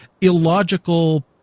illogical